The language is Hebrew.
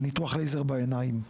ניתוח לייזר בעיניים.